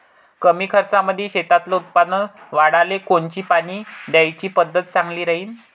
कमी खर्चामंदी शेतातलं उत्पादन वाढाले कोनची पानी द्याची पद्धत चांगली राहीन?